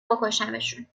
بکشمشون